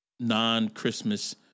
non-Christmas